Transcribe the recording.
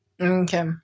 Okay